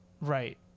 Right